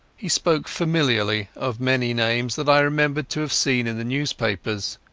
he spoke familiarly of many names that i remembered to have seen in the newspapers.